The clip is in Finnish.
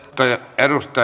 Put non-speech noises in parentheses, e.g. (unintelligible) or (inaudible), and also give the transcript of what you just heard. arvoisa (unintelligible)